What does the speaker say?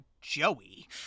Joey